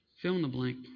Fill-in-the-blank